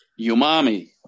Umami